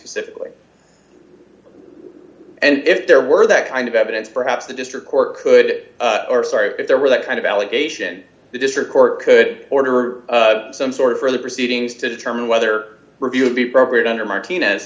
specifically and if there were that kind of evidence perhaps the district court could or sorry if there were that kind of allegation the district court could order some sort of further proceedings to determine whether review would be brokered under martinez